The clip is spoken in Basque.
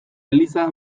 eliza